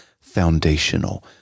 foundational